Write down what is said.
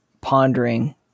pondering